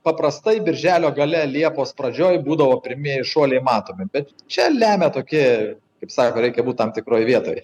paprastai birželio gale liepos pradžioj būdavo pirmieji šuoliai matomi bet čia lemia tokie kaip sako reikia būt tam tikroj vietoj